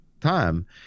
time